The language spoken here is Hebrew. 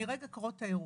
מרגע קורות האירוע,